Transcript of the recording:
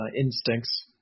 instincts